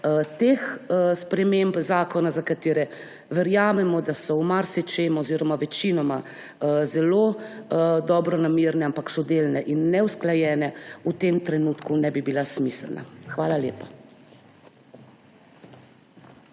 teh sprememb zakona, za katere verjamemo, da so v marsičem oziroma večinoma zelo dobronamerne, ampak so delne in neusklajene, v tem trenutku ne bi bilo smiselno. Hvala lepa.